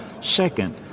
Second